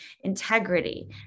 integrity